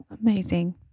Amazing